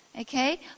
okay